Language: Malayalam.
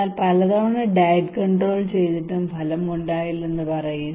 എന്നാൽ പലതവണ ഡയറ്റ് കണ്ട്രോൾ ചെയ്തിട്ടും ഫലമുണ്ടായില്ലെന്ന് പറയൂ